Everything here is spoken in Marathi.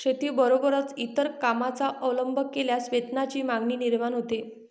शेतीबरोबरच इतर कामांचा अवलंब केल्यास वेतनाची मागणी निर्माण होते